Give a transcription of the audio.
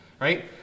right